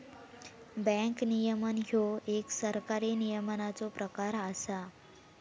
bank नियमन ह्यो एक सरकारी नियमनाचो प्रकार असा